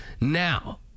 Now